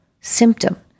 symptom